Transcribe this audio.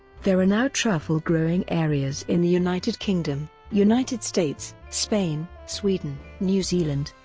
there are now truffle-growing areas in the united kingdom, united states, spain, sweden, new zealand,